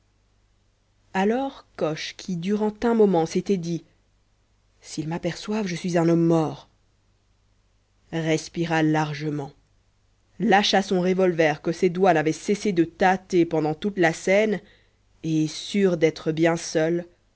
alors coche qui durant un moment s'était dit s'ils m'aperçoivent je suis un homme mort respira largement lâcha son revolver que ses doigts n'avaient cessé de tâter pendant toute la scène et sûr d'être bien seul